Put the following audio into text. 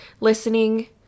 listening